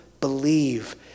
believe